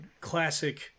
classic